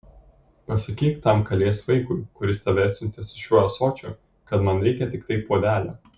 pasakyk tam kalės vaikui kuris tave atsiuntė su šiuo ąsočiu kad man reikia tiktai puodelio